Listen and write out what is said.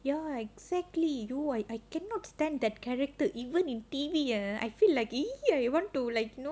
ya exactly you know I I cannot stand that character even in T_V ah !ee! I want like you know